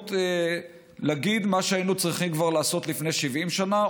ההזדמנות להגיד מה שהיינו צריכים כבר לעשות לפני 70 שנה,